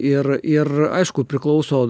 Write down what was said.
ir ir aišku priklauso